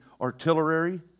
artillery